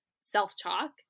self-talk